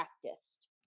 practiced